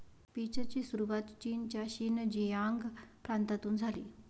पीचची सुरुवात चीनच्या शिनजियांग प्रांतातून झाली